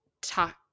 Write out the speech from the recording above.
talk